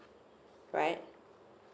right